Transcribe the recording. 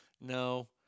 No